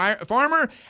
farmer